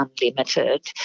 unlimited